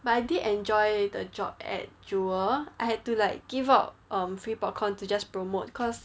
but I did enjoy the job at jewel I had to like give out um free popcorn to just promote cause